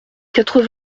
quatre